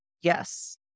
Yes